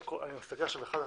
אני מסתכל עכשיו אחד אחד.